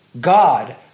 God